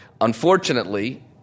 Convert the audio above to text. unfortunately